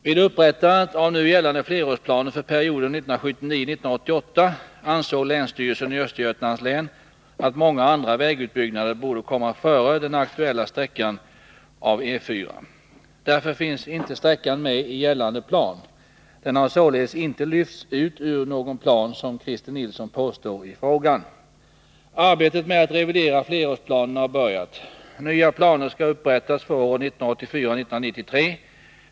Vid upprättandet av nu gällande flerårsplaner för perioden 1979-1988 ansåg länsstyrelsen i Östergötlands län att många andra vägutbyggnader borde komma före den aktuella sträckan av E 4. Därför finns inte sträckan med i gällande plan. Den har således inte ”lyfts ut ur” någon plan, som Christer Nilsson påstår i frågan. Arbetet med att revidera flerårsplanerna har börjat. Nya planer skall upprättas för åren 1984-1993.